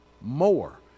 more